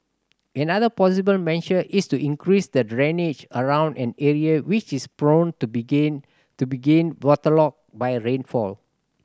another possible measure is to increase the drainage around an area which is prone to being to being waterlogged by rainfall